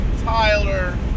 Tyler